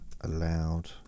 allowed